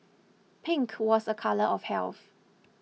pink was a colour of health